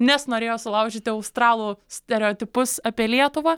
nes norėjo sulaužyti australų stereotipus apie lietuvą